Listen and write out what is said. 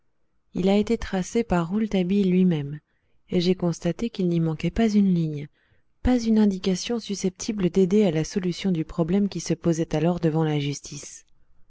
il a été tracé par rouletabille lui-même et j'ai constaté qu'il n'y manquait pas une ligne pas une indication susceptible d'aider à la solution du problème qui se posait alors devant la justice